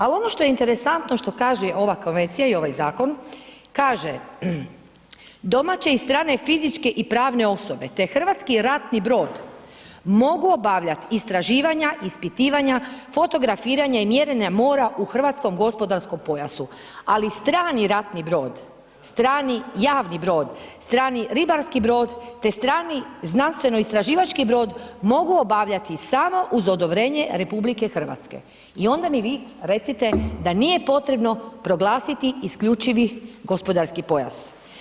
Al ono što je interesantno, što kaže ova Konvencija i ovaj zakon, kaže „domaće i strane fizičke i pravne osobe, te hrvatski ratni brod mogu obavljat istraživanja, ispitivanja, fotografiranja i mjerenja mora u hrvatskom gospodarskom pojasu, ali strani ratni brod, strani javni brod, strani ribarski brod, te strani znanstveno istraživački brod mogu obavljati samo uz odobrenje RH i onda mi vi recite da nije potrebno proglasiti isključivi gospodarski pojas.